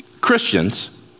Christians